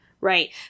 right